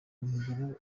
mugabo